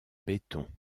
béton